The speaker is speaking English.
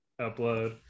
Upload